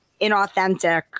inauthentic